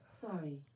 Sorry